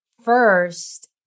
first